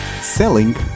selling